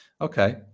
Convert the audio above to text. Okay